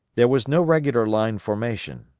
there was no regular line formation,